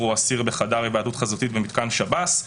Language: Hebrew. או אסיר בחדר היוועדות חזותית במתקן שב"ס.